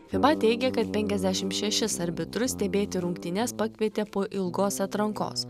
fiba teigia kad penkiasdešimt šešis arbitrus stebėti rungtynes pakvietė po ilgos atrankos